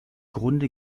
grunde